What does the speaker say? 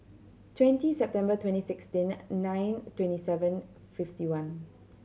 twenty September twenty sixteen nine twenty seven fifty one